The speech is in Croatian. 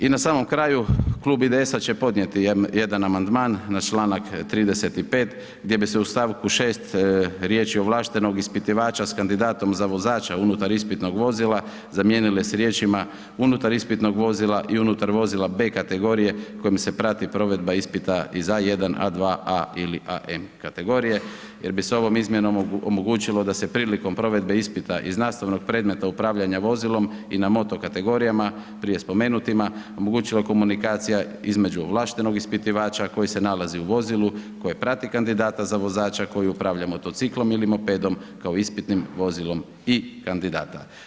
I na samom kraju, Klub IDS-a će podnijeti jedan amandman na čl. 35. gdje bi se u st. 6. riječi ovlaštenog ispitivača s kandidatom za vozača unutar ispitnog vozila zamijenile s riječima unutar ispitnog vozila i unutar vozila B kategorije kojim se prati provedba ispita i za A1, A2 ili AM kategorije jer bi se ovom izmjenom omogućilo da se prilikom provedbe ispita iz nastavnog predmeta upravljanja vozilom i na moto kategorijama, prije spomenutima, omogućila komunikacija između ovlaštenog ispitivača koji se nalazi u vozilu, koje prati kandidata za vozača koji upravlja motociklom ili mopedom kao ispitnim vozilom i kandidata.